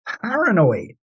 paranoid